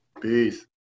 Peace